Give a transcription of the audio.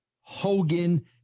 Hogan